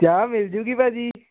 ਚਾਹ ਮਿਲ ਜੂਗੀ ਭਾਅ ਜੀ